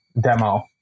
demo